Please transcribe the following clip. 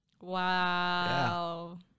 wow